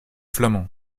flamand